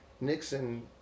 Nixon